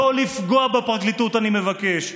לא לפגוע בפרקליטות אני מבקש,